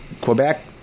Quebec